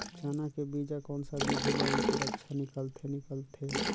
चाना के बीजा कोन सा विधि ले अंकुर अच्छा निकलथे निकलथे